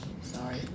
Sorry